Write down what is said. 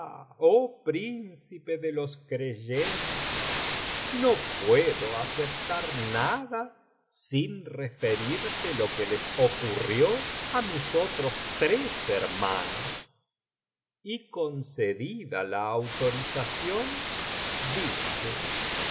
oh príncipe de los creyentes no puedo aceptar nada sin referirte lo que les ocurrió á mis otros tres hermanos y concedida la autorización dije